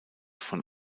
von